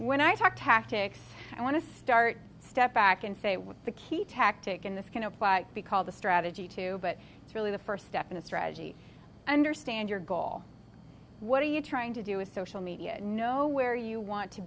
when i talk tactics i want to start step back and say with the key tactic in this can apply be called a strategy to but it's really the first step in a strategy understand your goal what are you trying to do with social media know where you want to